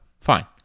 fine